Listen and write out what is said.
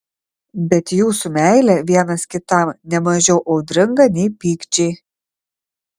bet jūsų meilė vienas kitam ne mažiau audringa nei pykčiai